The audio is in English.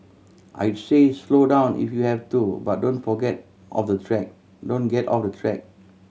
I say slow down if you have to but don't forget off the track don't get off the track